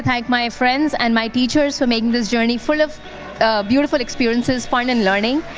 thank my friends and my teachers for making this journey full of beautiful experiences, fun and learning.